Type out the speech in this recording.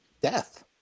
death